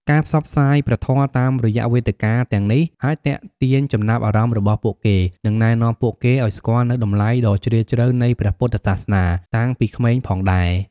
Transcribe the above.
ការផ្សព្វផ្សាយព្រះធម៌តាមរយៈវេទិកាទាំងនេះអាចទាក់ទាញចំណាប់អារម្មណ៍របស់ពួកគេ និងណែនាំពួកគេឱ្យស្គាល់នូវតម្លៃដ៏ជ្រាលជ្រៅនៃព្រះពុទ្ធសាសនា តាំងពីក្មេងផងដែរ។